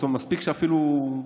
מספיק שאפילו,